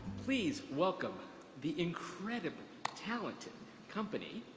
please welcome the incredible talented company